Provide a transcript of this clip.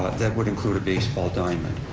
that would include a baseball diamond.